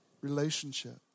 relationship